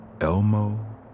Elmo